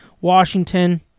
Washington